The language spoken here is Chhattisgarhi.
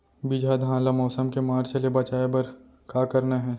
बिजहा धान ला मौसम के मार्च ले बचाए बर का करना है?